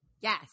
Yes